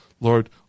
Lord